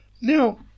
Now